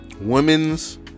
women's